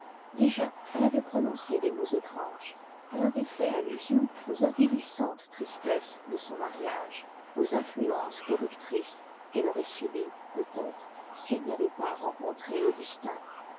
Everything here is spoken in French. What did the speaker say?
déjà elle avait prononcé des mots étranges elle avait fait allusion aux tristesses de son mariage aux influences corruptrices qu'elle aurait subies peut-être si elle n'avait pas rencontré augustin